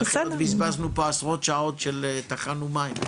אנחנו בזבזנו פה עשרות שעות, טחנו מים.